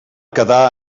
quedar